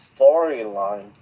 storyline